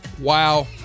wow